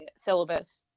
syllabus